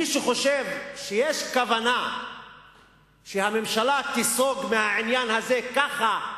מי שחושב שיש כוונה שהממשלה תיסוג מהעניין הזה ככה,